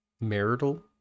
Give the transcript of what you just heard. Marital